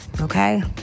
okay